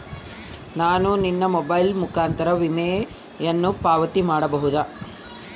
ನಾನು ನನ್ನ ಮೊಬೈಲ್ ಮುಖಾಂತರ ವಿಮೆಯನ್ನು ಪಾವತಿ ಮಾಡಬಹುದಾ?